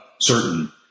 Certain